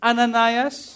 Ananias